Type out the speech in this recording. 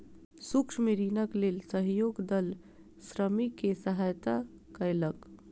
सूक्ष्म ऋणक लेल सहयोग दल श्रमिक के सहयता कयलक